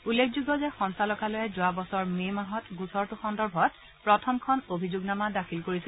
উল্লেখযোগ্য যে সঞ্চালকালয়ে যোৱা বছৰ মে' মাহত গোচৰটো সন্দৰ্ভত প্ৰথমখন অভিযোগনামা দাখিল কৰিছিল